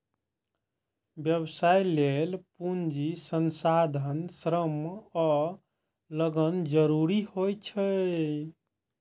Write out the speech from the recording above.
व्यवसाय लेल पूंजी, संसाधन, श्रम आ लगन जरूरी होइ छै